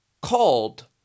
called